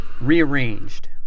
Rearranged